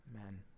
Amen